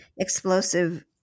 explosive